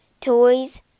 Toys